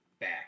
back